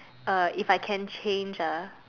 uh if I can change ah